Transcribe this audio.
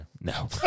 No